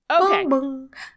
Okay